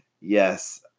Yes